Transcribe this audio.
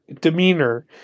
demeanor